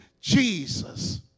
Jesus